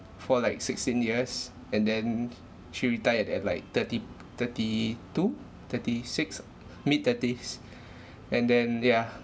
for like sixteen years and then she retired at like thirty t~ thirty two thirty six mid thirties and then yeah